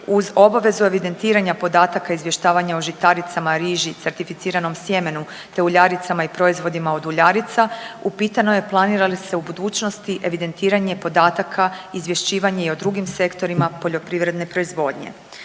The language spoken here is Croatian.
Uz obavezu evidentiranja podataka izvještavanja o žitaricama, riži, certificiranom sjemenu te uljaricama i proizvodima od uljarica upitano je planira li se u budućnosti evidentiranje podataka izvješćivanje i o drugim sektorima poljoprivredne proizvodnje.